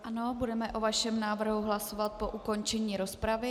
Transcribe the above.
Ano, budeme o vašem návrhu hlasovat po ukončení rozpravy.